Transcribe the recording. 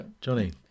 Johnny